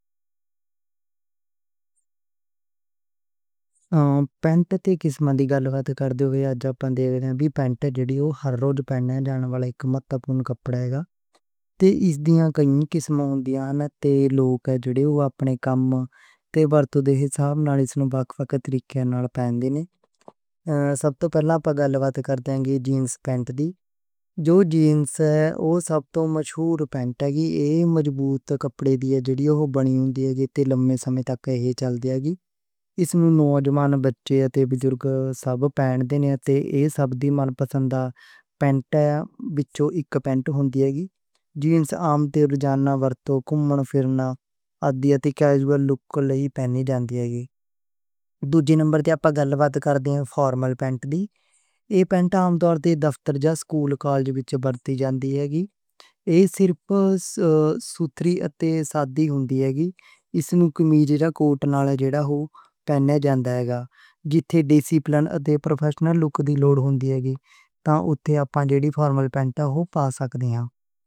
پینٹ تے کِسماں دی گَل واد کر دے ہاں کہ آج اسی ویکھدے ہاں کہ پینٹ جیہڑی ہر روز پہنے ہاں۔ جینز عام تے روزانہ ورتوں، کُمّنا پھرنا اتے کیژول لک لئی ہی پائی جاندی ہے گی۔ دُجے نمبر دی آپا گَل واد کر دے ہاں فارمل پینٹ دی۔ ایہ پینٹ عام طور تے دفتر جا سکول، کالج وچ ورتی جاندی ہے گی۔ ایہ صرف سُتھری اتے سادھی ہُندی ہے گی۔ اس نوں کمیج کوٹ نالے جیڑا او پہنے جاندہ ہے۔ جتھے ڈریس کوڈ اتے پروفیشنل لک دی لوڑ ہُندی ہے، تَں اُتھے آپا جیڑی فارمل پینٹ او پا سکدے آں۔